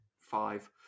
five